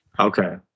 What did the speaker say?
Okay